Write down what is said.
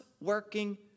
working